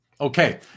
Okay